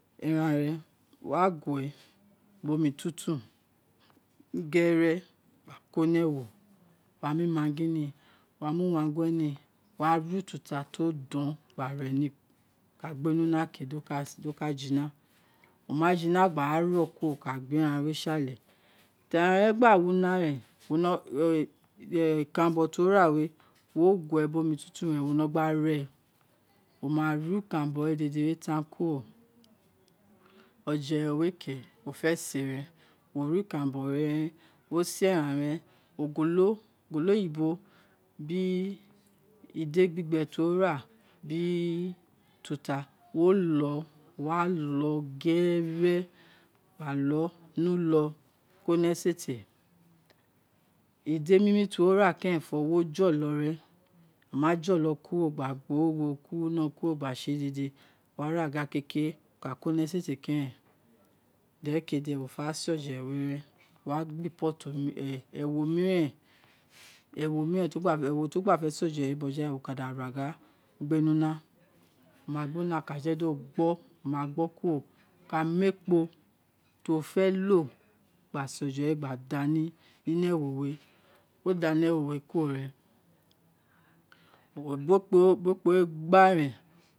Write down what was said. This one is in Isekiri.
Ẹran rẹ wa guẹ biri omi tuutan geṟe gba ko ni ewo gba maggi gba mu uwangue ni, wo ware ututu fo don ni gba re ni woka gbe ni una di oka jina oma jina gba ro kuro woka gbe eran si ale iti ẹran we ̄ gba wi una re̱n wo no ikanranbo ti wo ra wee wo gue biri omi tuntun re wo no gba rē ē wo ma re ikanranbo we de̱de kon kuro oje re we ke wo fe̱ sē wo rẹ ikanranbo we re wo se ẹran re ogolo ogolo yilo biri ble gbigbe ti wo ra biru ututa wo lo gerere gba lo ni ubo gba ko ni esete ide mime ti wo ra ke ronfe wo jolo ren wo ma jo̱lọ kure gba gba orighe ro kuro gbese dede wo wa ghare keke re gba koni e̱sete keren derekee keren wo fe se oje we ren wo wa gba pot, ewo mireh ewo mirenti wo ka gha ra, wo ma gbe nilna wo ka gha ra, wo ma gbe niuna wo ka je di̱ o gbo, o ma gbo kuro oo ka mu ekpo ti wo fe lo gba se oje wa gba da ni ni ino ewo we wo dami e̱wo we kuro rẹm ti wo gbe ekpo we bi ekpo we gba rẹn